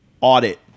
audit